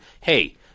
hey